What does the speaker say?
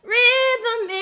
Rhythm